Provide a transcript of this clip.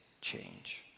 change